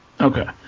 Okay